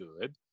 good